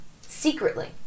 Secretly